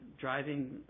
driving